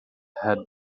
had